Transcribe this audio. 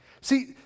See